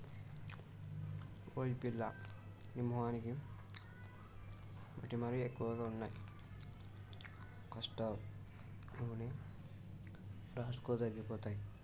ఓయ్ పిల్లా నీ మొహానికి మొటిమలు ఎక్కువగా ఉన్నాయి కాస్టర్ నూనె రాసుకో తగ్గిపోతాయి